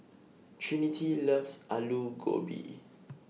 Trinity loves Alu Gobi